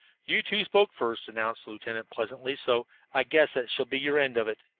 you two spoke first, announced the lieutenant pleasantly, so i guess that shall be your end of it,